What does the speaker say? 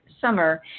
summer